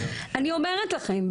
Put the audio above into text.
אני אומרת לכם,